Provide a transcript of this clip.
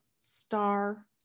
Star